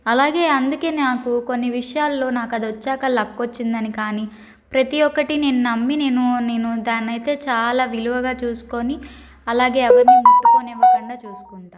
అలాగే అందుకే నాకు కొన్ని విషయాల్లో నాకు అది వచ్చాక లక్ వచ్చిందని కానీ ప్రతి ఒక్కటీ నేను నమ్మి నేను నేను దాన్నయితే చాలా విలువుగా చూసుకొని అలాగే ఎవరినీ ముట్టుకోనివ్వకండా చూసుకుంటా